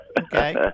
Okay